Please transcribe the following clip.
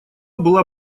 была